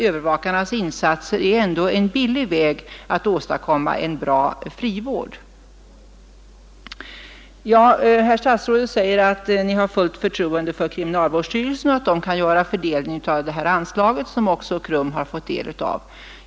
Övervakarnas insatser är ändå en billig väg att åstadkomma SpA till kriminalvården en bra frivård. Herr statsrådet säger att han har fullt förtroende för kriminalvårdsstyrelsen och att den kan göra fördelningen av det här anslaget som också KRUM fått del av.